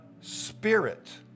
Spirit